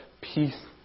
peace